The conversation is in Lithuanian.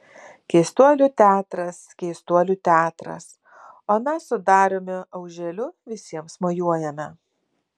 keistuolių teatras keistuolių teatras o mes su dariumi auželiu visiems mojuojame